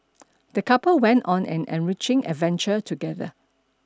the couple went on an enriching adventure together